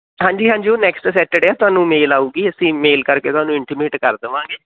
ਹਾਂਜੀ ਹਾਂਜੀ ਉਹ ਨੈਕਸਟ ਸੈਟਰਡੇ ਆ ਤੁਹਾਨੂੰ ਮੇਲ ਆਉਗੀ ਅਸੀਂ ਮੇਲ ਕਰਕੇ ਤੁਹਾਨੂੰ ਇੰਟੀਮੇਟ ਕਰ ਦੇਵਾਂਗੇ